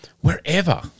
wherever